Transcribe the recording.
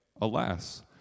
Alas